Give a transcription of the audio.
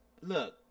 Look